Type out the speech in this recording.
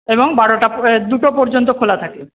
এবং বারোটা দুটো পর্যন্ত খোলা থাকে